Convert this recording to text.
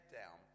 down